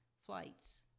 flights